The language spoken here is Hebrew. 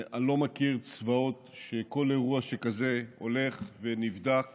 אני לא מכיר צבאות שכל אירוע שכזה הולך ונבדק